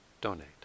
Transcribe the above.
donate